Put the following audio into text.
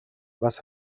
бас